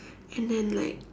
and then like